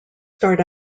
start